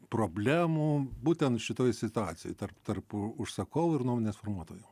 problemų būtent šitoj situacijoj tarp tarp užsakovų ir nuomonės formuotojų